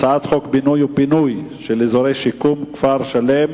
הצעת חוק בינוי ופינוי של אזורי שיקום (כפר-שלם),